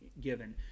given